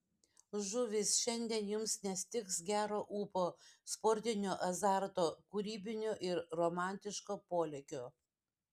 žuvys šiandien jums nestigs gero ūpo sportinio azarto kūrybinio ir romantiško polėkio